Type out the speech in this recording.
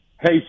hey